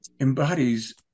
embodies